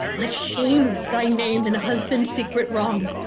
my shame, thy name, and husband's secret wrong,